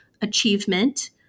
achievement